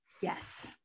Yes